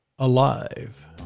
alive